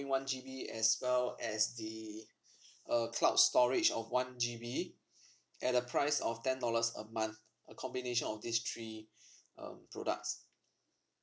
one G B as well as the uh cloud storage of one G B at the price of ten dollars a month a combination of these three um products